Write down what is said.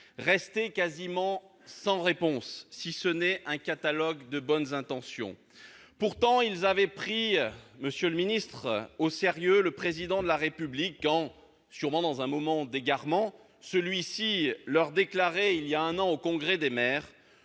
resté quasiment sans réponse, si ce n'est un catalogue de bonnes intentions. Pourtant, ils avaient pris au sérieux le Président de la République quand, sûrement dans un moment d'égarement, celui-ci leur déclarait, il y a un an, au Congrès des maires